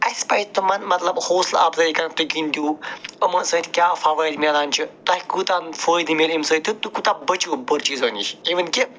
اَسہِ پَزِ تِمَن مطلب حوصلہٕ افزٲیی کَرٕنۍ تُہۍ گِنٛدوِ یِمَو سۭتۍ کیٛاہ فوٲیِد مِلان چھِ تۄہہِ کوٗتاہ فٲیِدٕ مِلہِ اَمہِ سۭتۍ تہٕ تُہۍ کوٗتاہ بٔچِو بُرٕ چیٖزو نِش اِوٕن کہِ